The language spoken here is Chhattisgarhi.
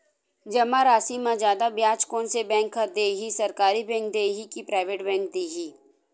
जमा राशि म जादा ब्याज कोन से बैंक ह दे ही, सरकारी बैंक दे हि कि प्राइवेट बैंक देहि?